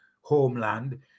homeland